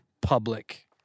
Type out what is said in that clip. public